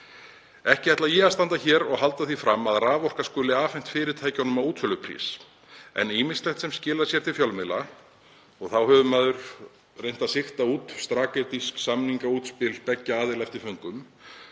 Ekki ætla ég að standa hér og halda því fram að raforka skuli afhent fyrirtækjunum á útsöluprís en ýmislegt sem skilar sér til fjölmiðla, og þá hefur maður eftir föngum reynt að sigta út strategísk samningaútspil beggja aðila, bendir